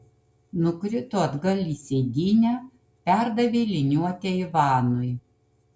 nukrito atgal į sėdynę perdavė liniuotę ivanui